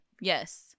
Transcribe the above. Yes